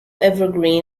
evergreen